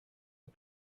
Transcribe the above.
are